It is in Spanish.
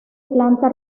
planta